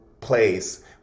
place